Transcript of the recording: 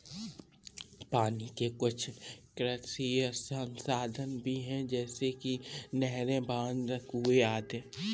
पानी के कुछ कृत्रिम संसाधन भी हैं जैसे कि नहरें, बांध, कुएं आदि